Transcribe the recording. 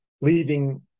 Leaving